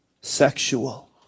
sexual